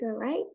right